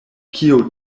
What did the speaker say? kio